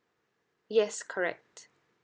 yes correct